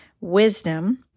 wisdom